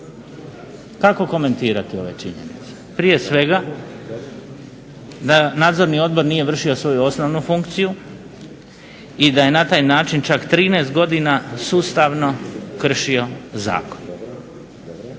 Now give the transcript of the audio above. Kako komentirati ove činjenice? Prije svega da Nadzorni odbor nije vršio svoju osnovnu funkciju i da je na taj način čak 13 godina sustavno kršio zakon.